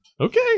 Okay